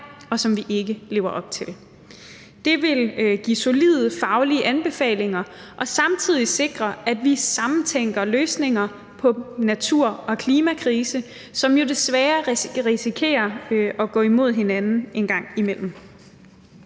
og som vi ikke lever op til. Det vil give solide faglige anbefalinger og samtidig sikre, at vi samtænker løsninger på natur- og klimakrisen, som jo desværre risikerer at gå imod hinanden en gang imellem.